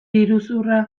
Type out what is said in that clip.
iruzurra